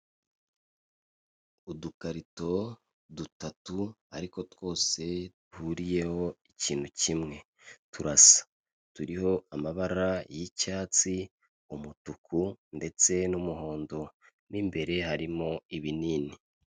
Udukarito dutatu ariko twose duhuriyeho ikintu kimwe turasa turiho amabara y'icyatsi, umutuku ndetse n'umuhondo mo imbere harimo ibinini.